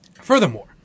furthermore